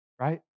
right